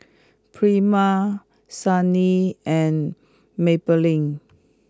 Prima Sony and Maybelline